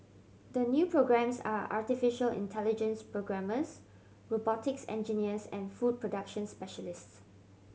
the new programmes are artificial intelligence programmers robotics engineers and food production specialists